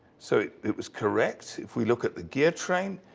so it was correct. if we look at the gear train,